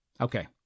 Okay